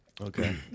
Okay